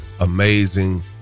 amazing